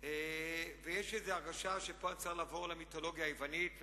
יש לי איזו הרגשה שכאן אני צריך לעבור למיתולוגיה היוונית,